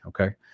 Okay